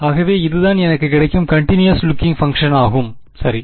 ஆகவே இதுதான் எனக்கு கிடைக்கும் கன்டினியஸ் லூக்கிங் பங்க்ஷனாகும் சரி